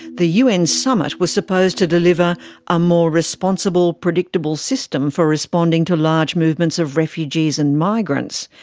the un summit was supposed to deliver a more responsible, predictable system for responding to large movements of refugees and migrants',